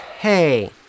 Hey